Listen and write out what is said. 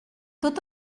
tot